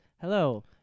Hello